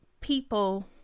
people